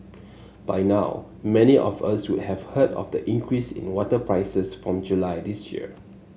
by now many of us would have heard of the increase in water prices from July this year